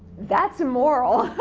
that's immoral,